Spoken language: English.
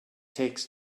takes